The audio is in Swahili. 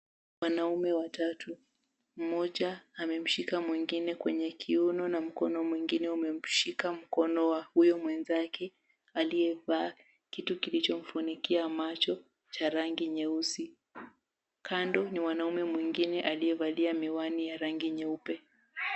Wanaume watatu mmoja amemshika mwengine kwenye kiuno na mkono mwengine umemshika mkono wa huyo mwenzake aliyevaa kitu kilicho mfunikia macho cha rangi nyeusi. Kando ni mwanaume mwingine aliyevalia miwani ya rangi nyeupe.